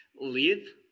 live